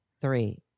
three